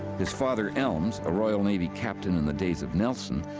his father elmes, a royal navy captain in the days of nelson,